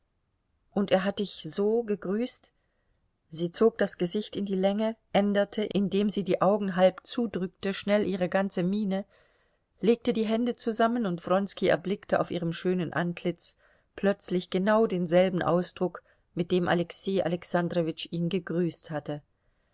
und er hat dich so gegrüßt sie zog das gesicht in die länge änderte indem sie die augen halb zudrückte schnell ihre ganze miene legte die hände zusammen und wronski er blickte auf ihrem schönen antlitz plötzlich genau denselben ausdruck mit dem alexei alexandrowitsch ihn gegrüßt hatte